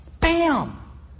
bam